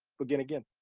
begin again.